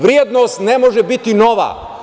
Vrednost ne može biti nova.